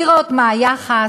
לראות מה היחס,